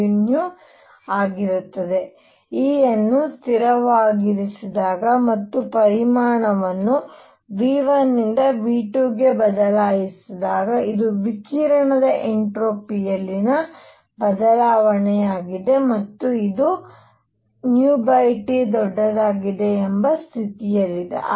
E ಅನ್ನು ಸ್ಥಿರವಾಗಿರಿಸಿದಾಗ ಮತ್ತು ಪರಿಮಾಣವನ್ನು V1 ರಿಂದ V2 ಗೆ ಬದಲಾಯಿಸಿದಾಗ ಇದು ವಿಕಿರಣದ ಎನ್ಟ್ರೋಪಿ ಯಲ್ಲಿನ ಬದಲಾವಣೆಯಾಗಿದೆ ಮತ್ತು ಇದು T ದೊಡ್ಡದಾಗಿದೆ ಎಂಬ ಸ್ಥಿತಿಯಲ್ಲಿದೆ